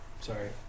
sorry